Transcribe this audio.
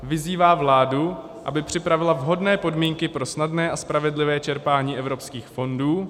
Vyzývá vládu, aby připravila vhodné podmínky pro snadné a spravedlivé čerpání evropských fondů.